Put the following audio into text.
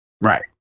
Right